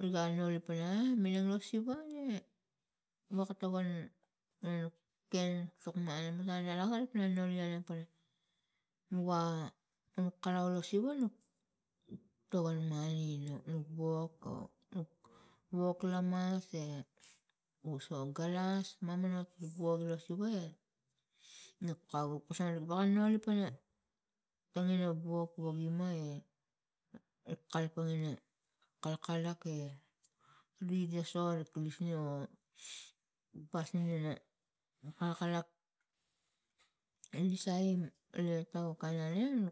Riga noli pana minang lo siva ge woka togon nu ken tuk mana matang naga pana noli alapan nua karau lo savi nuk togon mani nuk wok o wok malas se kuso galas mamonomot nuk woge lo siva e nuk kau kusage woge noli pana tangina wok. wok gima e rik kalapang ina kalkalak lisaim la tau kana niang